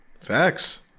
Facts